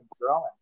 growing